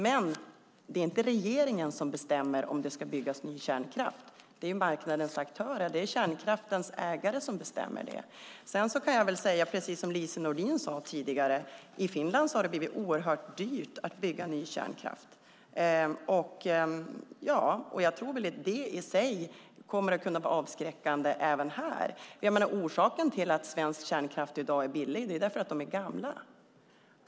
Men det är inte regeringen som bestämmer om det ska byggas ny kärnkraft utan marknadens aktörer. Kärnkraftens ägare bestämmer det. Jag kan säga, precis som Lise Nordin, att det i Finland blivit oerhört dyrt att bygga ny kärnkraft. Det i sig tror jag kommer att vara avskräckande för oss. Orsaken till att svensk kärnkraft i dag är billig är att kärnkraftverken är gamla.